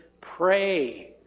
pray